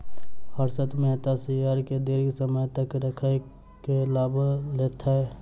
Harshad Mehta share के दीर्घ समय तक राइख के लाभ लेलैथ